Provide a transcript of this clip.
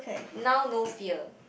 now no fear